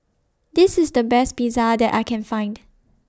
This IS The Best Pizza that I Can Find